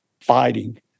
fighting